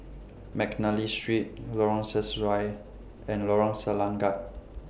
Mcnally Street Lorong Sesuai and Lorong Selangat